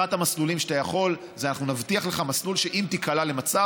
אחד המסלולים שאתה יכול זה שנציע לך מסלול שאם תיקלע למצב,